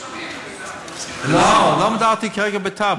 50,000 תושבים, לא, לא דיברתי כרגע על ביתר.